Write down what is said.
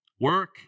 work